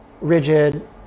rigid